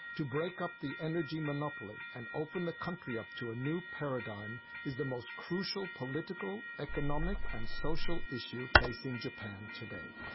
to break up the energy monopoly and open the country up to a new paradigm, is the most crucial political, economic and social issue facing japan today.